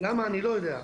למה אני לא יודע.